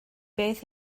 beth